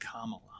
Kamala